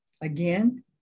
Again